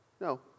no